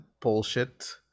bullshit